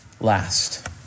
last